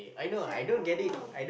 se~ oh